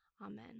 Amen